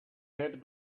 had